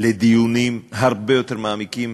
לדיונים הרבה יותר מעמיקים